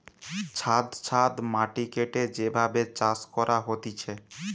ছাদ ছাদ মাটি কেটে যে ভাবে চাষ করা হতিছে